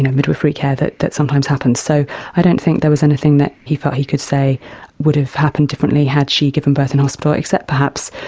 midwifery care that that sometimes happens, so i don't think there was anything that he felt he could say would have happened differently had she given birth in hospital, except perhaps,